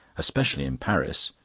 especially in paris.